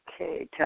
Okay